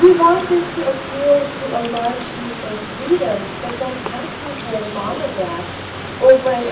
we want it to appeal to a large group of readers, but then asking for a monograph over